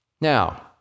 now